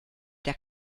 der